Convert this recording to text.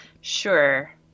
sure